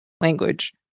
language